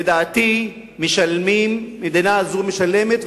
לדעתי המדינה הזאת משלמת,